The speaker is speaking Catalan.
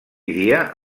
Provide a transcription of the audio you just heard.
dia